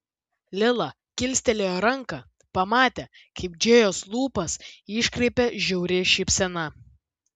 lila kilstelėjo ranką pamatė kaip džėjos lūpas iškreipia žiauri šypsena